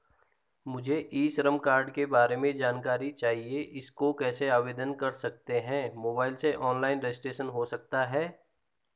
मुझे e Shram card के बारे में जानकारी चाहिए इसको कैसे आवेदन कर सकते हैं मोबाइल से ऑनलाइन रजिस्ट्रेशन हो सकता है?